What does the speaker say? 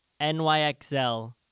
NYXL